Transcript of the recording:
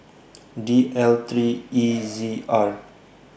D L three E Z R